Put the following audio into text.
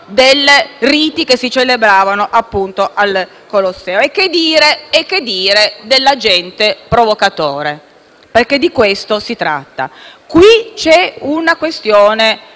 dei riti che si celebravano al Colosseo. E che dire dell'agente provocatore (perché di questo si tratta)? È una questione